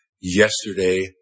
yesterday